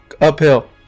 uphill